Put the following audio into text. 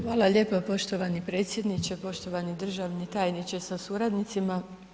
Hvala lijepa poštovani predsjedniče, poštovani državni tajniče sa suradnicima.